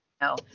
no